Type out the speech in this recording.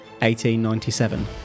1897